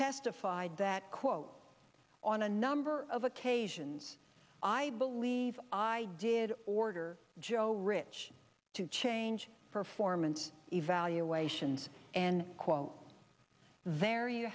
testified that quote on a number of occasions i believe i did order joe ridge to change for form and evaluations and quote there you